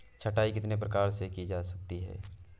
छँटाई कितने प्रकार से की जा सकती है?